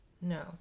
No